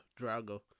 Drago